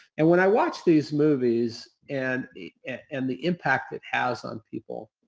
and when i watch these movies and the and the impact it has on people,